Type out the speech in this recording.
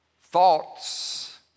Thoughts